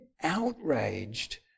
outraged